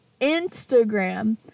Instagram